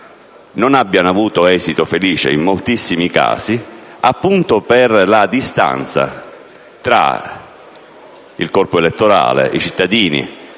non abbiano avuto esito felice in tantissimi casi appunto per la distanza tra il corpo elettorale, ossia i cittadini,